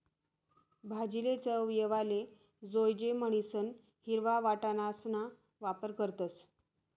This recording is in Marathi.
भाजीले चव येवाले जोयजे म्हणीसन हिरवा वटाणासणा वापर करतस